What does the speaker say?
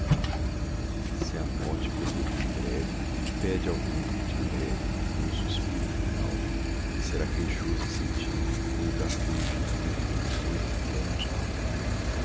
se a morte colher me em breve pede ao vento que te leve o meu suspiro final será queixoso e sentido como da rola o gemido nas moitas do laranjal